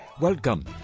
Welcome